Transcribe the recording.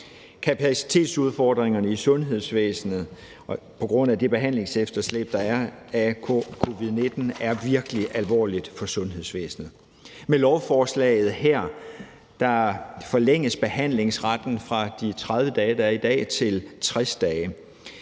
Kapacitetsudfordringerne på grund af behandlingsefterslæbet fra covid-19 er virkelig alvorligt for sundhedsvæsenet Med lovforslaget her forlænges behandlingsretten fra de 30 dage, der er i dag, til 60 dage.